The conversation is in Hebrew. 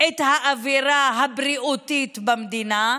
של האווירה הבריאותית במדינה,